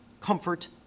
comfort